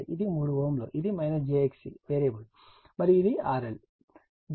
ఇది 3 Ω ఇది j XC variable మరియు ఇది RL